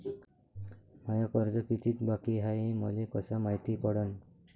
माय कर्ज कितीक बाकी हाय, हे मले कस मायती पडन?